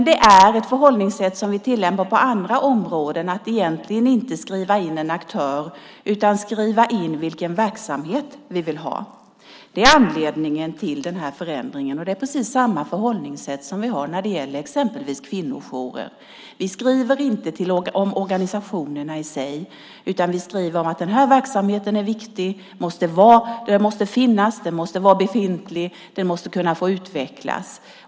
Det är ett förhållningssätt som vi tillämpar också på andra områden, att egentligen inte skriva om en aktör utan skriva vilken verksamhet vi vill ha. Det är anledningen till den här förändringen. Det är precis samma förhållningssätt som vi har när det gäller exempelvis kvinnojourer. Vi skriver inte om organisationerna i sig, utan vi skriver att den här verksamheten är viktig, att den måste finnas och att den måste kunna få utvecklas.